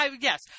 Yes